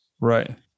right